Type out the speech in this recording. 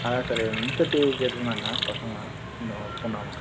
அதுதான் sir incentive கேட்டுயிருந்தாங்க பசங்க அங்கே ஒர்க் பண்ணுறவங்க